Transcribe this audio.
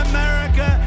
America